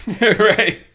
Right